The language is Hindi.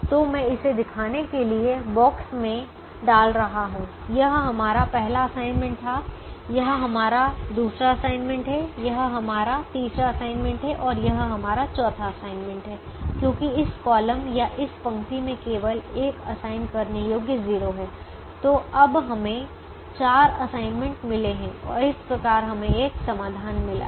तो मैं इसे दिखाने के लिए बॉक्स में डाल रहा हूं यह हमारा पहला असाइनमेंट था यह हमारा दूसरा असाइनमेंट है यह हमारा तीसरा असाइनमेंट है और यह हमारा चौथा असाइनमेंट है क्योंकि इस कॉलम या इस पंक्ति में केवल एक असाइन करने योग्य 0 है तो अब हमें 4 असाइनमेंट मिले हैं और इस प्रकार हमें एक समाधान मिला है